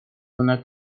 una